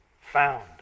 found